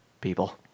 people